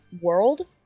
world